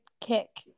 kick